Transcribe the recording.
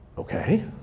Okay